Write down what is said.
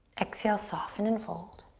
exhale, soften and fold.